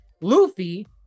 Luffy